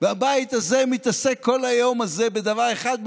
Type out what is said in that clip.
והבית הזה מתעסק כל היום הזה בדבר אחד: